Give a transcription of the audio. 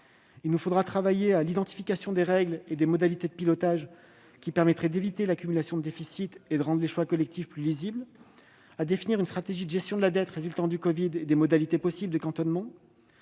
nous devons travailler à identifier des règles et des modalités de pilotage qui permettraient d'éviter l'accumulation de déficits et de rendre les choix collectifs plus lisibles ; à définir une stratégie de gestion de la dette résultant de la covid et des modalités qui permettraient